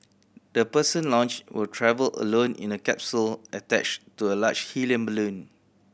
the person launched will travel alone in a capsule attached to a large helium balloon